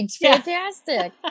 Fantastic